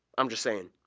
i'm just saying.